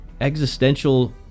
existential